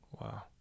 Wow